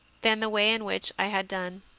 than the way in which i had done.